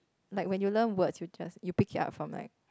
like when you learn words you just you pick it up from like